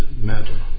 matter